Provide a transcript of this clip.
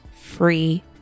free